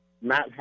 Matt